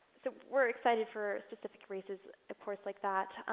so we're excited for specific races, of course, like that.